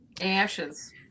Ashes